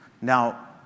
Now